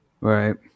Right